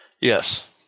Yes